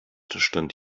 stand